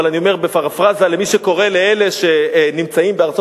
אבל אני אומר בפרפראזה למי שקורא לאלה שנמצאים בארצות